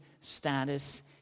status